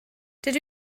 dydw